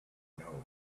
know